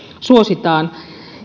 suositaan